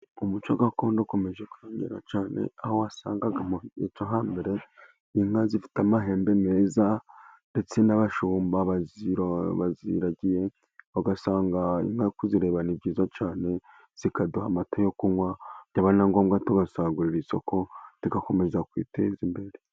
Umuco gakondo ukomeje kwiyongera cyane, aho wasangaga mugihe cyo hambere inka zifite amahembe meza ndetse n'abashumba baziragiye ugasanga inka kuzireba ni byiza cyane, zikaduha amata yo kunywa byaba na ngombwa tugasagurira isoko tugakomeza kwiteza imbere.